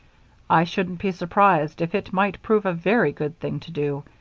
i shouldn't be surprised if it might prove a very good thing to do.